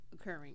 occurring